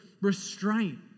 restraint